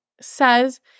says